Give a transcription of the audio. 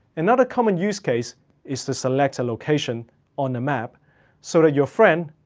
another common use case is to select a location on the map so that your friend,